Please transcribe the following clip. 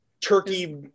turkey